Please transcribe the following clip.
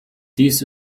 dies